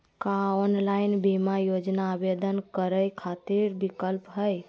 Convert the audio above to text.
का ऑनलाइन बीमा योजना आवेदन करै खातिर विक्लप हई?